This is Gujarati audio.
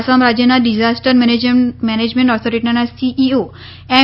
આસામ રાજ્યના ડિઝાસ્ટર મેનેજમેન્ટ ઓથોરીટીના સીઇઓ એમ